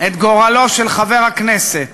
את גורלו של חבר הכנסת